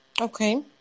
Okay